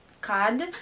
card